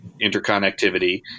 interconnectivity